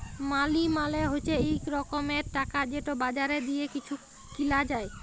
মালি মালে হছে ইক রকমের টাকা যেট বাজারে দিঁয়ে কিছু কিলা যায়